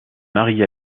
marie